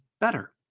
better